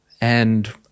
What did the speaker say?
and-